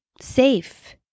safe